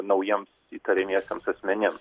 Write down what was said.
naujiems įtariamiesiems asmenims